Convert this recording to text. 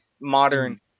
modern